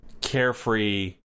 carefree